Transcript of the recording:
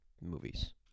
movies